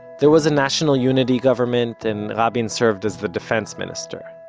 there was a national unity government and rabin served as the defense minister.